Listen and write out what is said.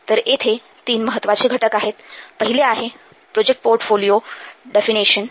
तर येथे तीन महत्त्वाचे घटक आहेत पहिले आहे प्रोजेक्ट पोर्टफोलिओ डेफिनिशन